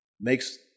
makes